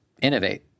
innovate